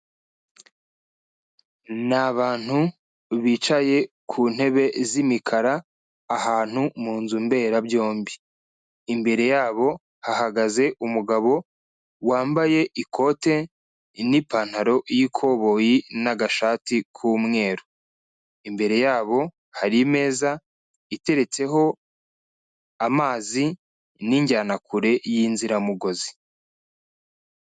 Ni abantu bicaye ku ntebe z'imikara ahantu mu nzu mberabyombi, imbere yabo hahagaze umugabo wambaye ikote n'ipantaro y'ikoboyi n'agashati k'umweru, imbere yabo hari imeza iteretseho amazi n'injyana kure y'inziramugozi.